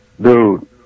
Dude